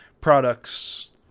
products